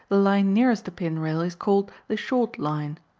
the line nearest the pin-rail is called the short line,